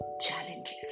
challenges